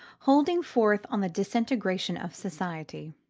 holding forth on the disintegration of society.